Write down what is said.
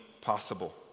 possible